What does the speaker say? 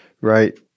right